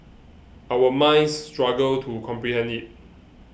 our minds struggle to comprehend it